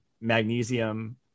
magnesium